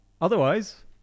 Otherwise